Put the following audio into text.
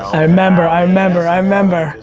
i remember, i remember, i remember.